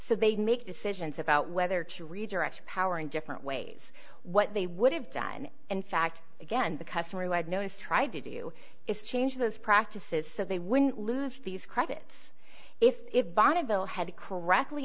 so they make decisions about whether to redirect power in different ways what they would have done in fact again the customer who had no has tried to do is change those practices so they win lose these credits if bonneville had correctly